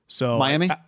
Miami